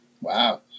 Wow